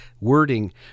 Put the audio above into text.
wording